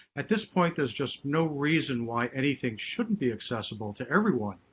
at this point there is just no reason why anything shouldn't be accessible to everyone.